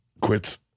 quits